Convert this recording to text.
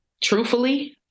truthfully